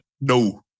No